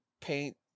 paint